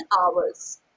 hours